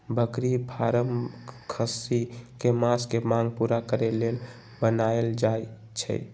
बकरी फारम खस्सी कें मास के मांग पुरा करे लेल बनाएल जाय छै